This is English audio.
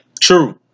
True